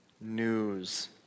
news